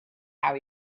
how